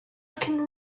can